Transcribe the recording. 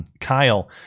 Kyle